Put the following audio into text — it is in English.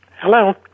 Hello